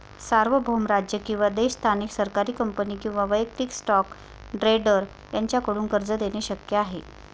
सार्वभौम राज्य किंवा देश स्थानिक सरकारी कंपनी किंवा वैयक्तिक स्टॉक ट्रेडर यांच्याकडून कर्ज देणे शक्य आहे